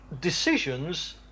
decisions